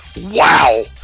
Wow